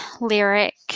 lyric